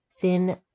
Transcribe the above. thin